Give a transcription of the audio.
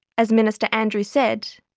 as minister andrews said,